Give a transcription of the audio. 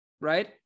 right